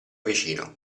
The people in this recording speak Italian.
vicino